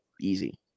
easy